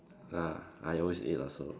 ah I always eat lah so